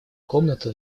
комнату